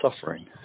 suffering